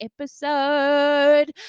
episode